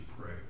pray